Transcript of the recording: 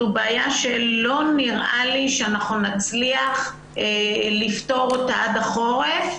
זאת בעיה שלא נראה לי שנצליח לפתור אותה עד החורף.